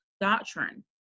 doctrine